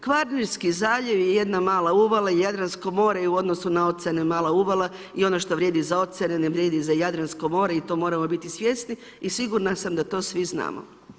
Kvarnerski zaljev je jedna mala uvala, Jadransko more je u odnosu na oceane mala uvala i ono što vrijedi za oceane ne vrijedi za Jadransko more i to moramo biti svjesni i sigurna sam da to svi znamo.